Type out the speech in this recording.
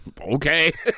okay